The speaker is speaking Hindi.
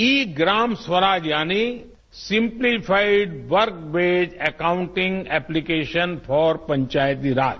ई ग्राम स्वराज यानी simplified work wet accounting application for Panchayati Raj